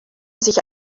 sich